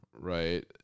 Right